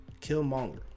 Killmonger